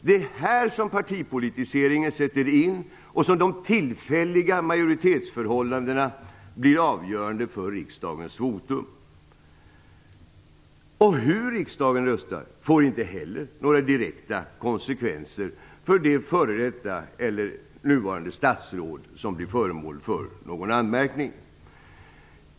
Det är här som partipolitiseringen sätter in och som de tillfälliga majoritetsförhållandena blir avgörande för riksdagens votum. Hur riksdagen röstar får inte heller några direkta konsekvenser för det f.d. eller nuvarande statsråd som blir föremål för anmärkning.